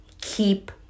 keep